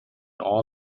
all